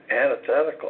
antithetical